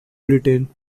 britain